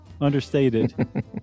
understated